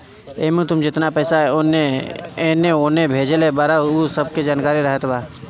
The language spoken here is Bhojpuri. एमे तू जेतना पईसा एने ओने भेजले बारअ उ सब के जानकारी रहत बा